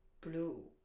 Blue